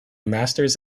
masters